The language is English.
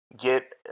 get